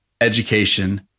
education